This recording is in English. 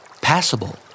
Passable